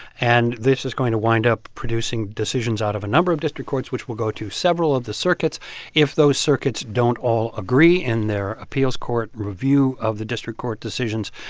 and this is going to wind up producing decisions out of a number of district courts, which will go to several of the circuits if those circuits don't all agree in their appeals court review of the district court decisions,